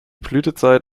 blütezeit